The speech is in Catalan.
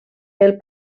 del